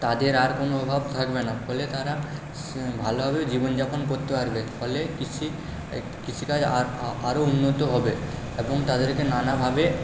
তাদের আর কোনো অভাব থাকবে না ফলে তারা ভালোভাবে জীবনযাপন করতে পারবে ফলে কৃষি কৃষিকাজ আরও উন্নত হবে এবং তাদেরকে নানাভাবে